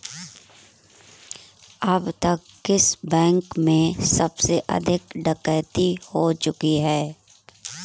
अब तक किस बैंक में सबसे अधिक डकैती हो चुकी है?